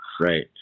Right